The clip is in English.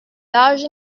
large